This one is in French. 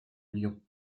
lyon